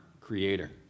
Creator